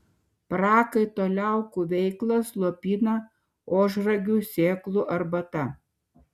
prakaito liaukų veiklą slopina ožragių sėklų arbata